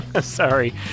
Sorry